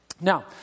Now